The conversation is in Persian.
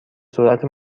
سرعت